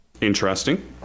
interesting